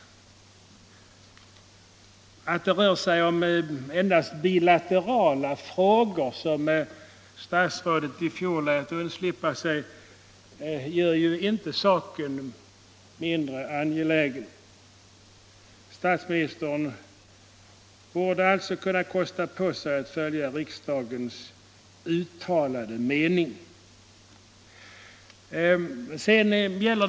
Att det som statsrådet i fjol lät undslippa sig endast rör sig om ”bilaterala frågor” gör inte detta mindre angeläget. Statsrådet borde alltså kunna kosta på sig att följa riksdagens uttalade mening härvidlag. Herr talman!